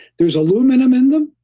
there's aluminum in them.